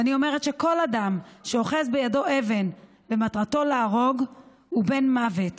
ואני אומרת שכל אדם שאוחז בידו אבן ומטרתו להרוג הוא בן מוות,